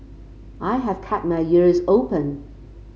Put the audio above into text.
I have kept my ears open